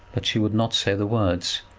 but she would not say the words.